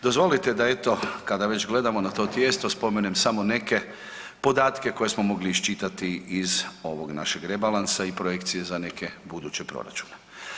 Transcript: Dozvolite da eto kada već gledamo na to tijesto spomenem samo neke podatke koje smo mogli iščitati iz ovog našeg rebalansa i projekcije za neke buduće proračune.